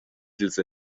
dils